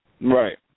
Right